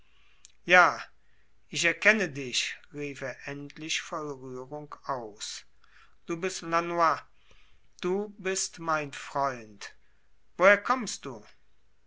ja ich erkenne dich rief er endlich voll rührung aus du bist lanoy du bist mein freund woher kommst du